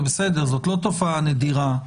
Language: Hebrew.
זה בסדר, זאת לא תופעה נדירה.